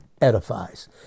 edifies